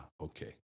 Okay